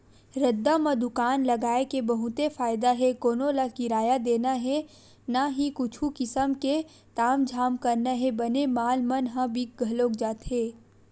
रद्दा म दुकान लगाय के बहुते फायदा हे कोनो ल किराया देना हे न ही कुछु किसम के तामझाम करना हे बने माल मन ह बिक घलोक जाथे